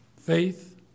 Faith